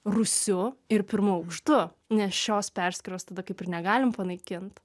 rūsiu ir pirmu aukštu nes šos persykros tada kaip ir negalim panaikint